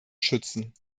schützen